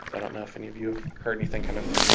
i don't know if any of you have heard anything, kind of,